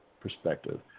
perspective